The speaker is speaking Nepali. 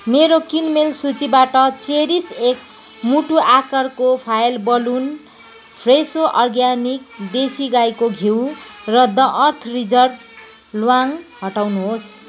मेरो किनमेल सूचीबाट चेरिस एक्स मुटु आकारको फोइल बलुन फ्रेसो अर्ग्यानिक देशी गाईको घिउ र द अर्थ रिजर्भ ल्वाङ हटाउनुहोस्